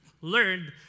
learned